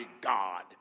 God